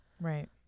Right